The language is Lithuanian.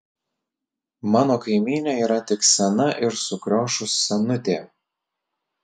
mano kaimynė yra tik sena ir sukriošus senutė